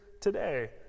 today